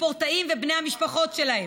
ספורטאים ובני המשפחות שלהם.